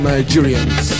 Nigerians